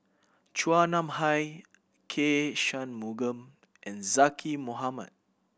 Chua Nam Hai K Shanmugam and Zaqy Mohamad